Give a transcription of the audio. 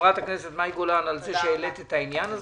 חברת הכנסת מאי גולן על זה שהעלית את העניין הזה.